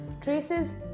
traces